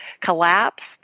collapsed